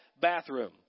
bathroom